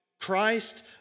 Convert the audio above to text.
Christ